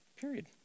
Period